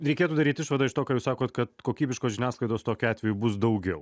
reikėtų daryt išvadą iš to ką jūs sakot kad kokybiškos žiniasklaidos tokiu atveju daugiau